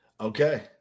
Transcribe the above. Okay